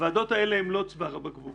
הוועדות האלה הן לא צוואר הבקבוק.